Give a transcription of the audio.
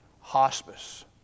hospice